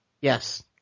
yes